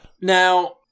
now